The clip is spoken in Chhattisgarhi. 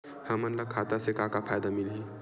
हमन ला खाता से का का फ़ायदा मिलही?